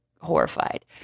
horrified